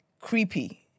creepy